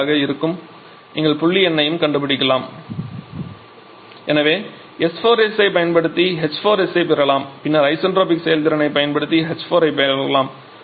85 ஆக இருக்கும் நீங்கள் புள்ளி எண்ணையும் கண்டுபிடிக்கலாம் எனவே s4s ஐ பயன்படுத்தி நாம் h4s ஐ பெறலாம் பின்னர் ஐசென்ட்ரோபிக் செயல்திறனைப் பயன்படுத்தி h4 ஐப் பெறலாம்